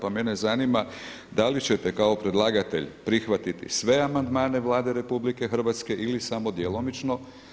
Pa mene zanima, da li ćete kao predlagatelj prihvatiti sve amandmane Vlade RH ili samo djelomično?